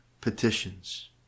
petitions